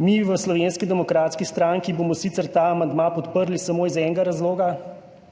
Mi v Slovenski demokratski stranki bomo sicer ta amandma podprli samo iz enega razloga